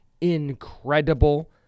incredible